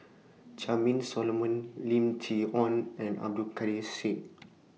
Charmaine Solomon Lim Chee Onn and Abdul Kadir Syed